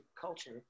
culture